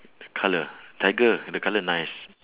colour tiger the colour nice